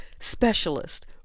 specialist